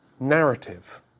narrative